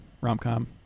rom-com